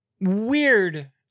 weird